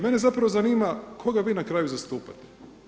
Mene zapravo zanima koga vi na kraju zastupate?